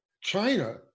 China